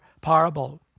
parable